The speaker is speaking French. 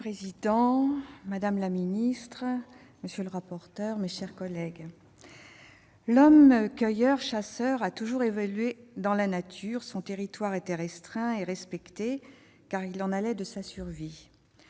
madame la secrétaire d'État, mes chers collègues, l'homme cueilleur-chasseur a toujours évolué dans la nature. Son territoire était restreint et respecté, car il y allait de sa survie.